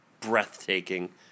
breathtaking